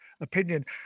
opinion